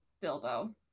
bilbo